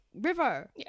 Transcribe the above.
River